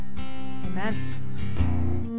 amen